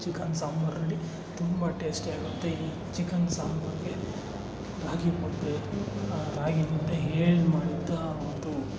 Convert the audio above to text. chicken sambar ready ತುಂಬ ಟೇಸ್ಟಿಯಾಗಿರುತ್ತೆ ಈ ಚಿಕನ್ ಸಾಂಬಾರಿಗೆ ರಾಗಿ ಮುದ್ದೆ ರಾಗಿ ಮುದ್ದೆ ಹೇಳಿ ಮಾಡಿದಂಥ ಒಂದು